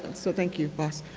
so thank you, boss.